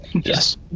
Yes